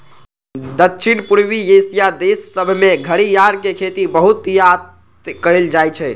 दक्षिण पूर्वी एशिया देश सभमें घरियार के खेती बहुतायत में कएल जाइ छइ